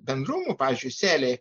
bendrumų pavyzdžiui sėliai